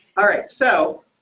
alright, so